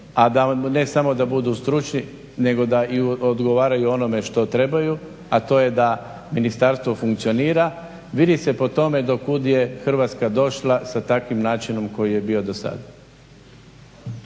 a ne samo da budu stručni nego da i odgovaraju onome što trebaju a to je da ministarstvo funkcionira vidi se po tome do kud je Hrvatska došla sa takvim načinom koji je bio do sada.